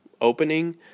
opening